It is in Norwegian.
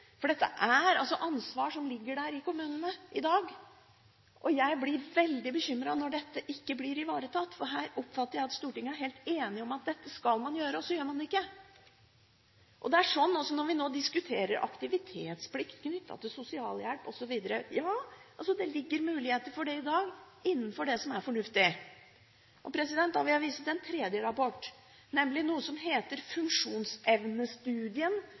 for dette er ansvar som ligger i kommunene i dag. Jeg blir veldig bekymret når dette ikke blir ivaretatt, for her oppfatter jeg at Stortinget er helt enig om at dette skal man gjøre, og så gjør man det ikke. Når vi nå diskuterer aktivitetsplikt knyttet til sosialhjelp osv. – ja, det ligger muligheter for det i dag, innenfor det som er fornuftig. Da vil jeg vise til en tredje rapport, nemlig noe som heter funksjonsevnestudien,